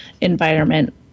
environment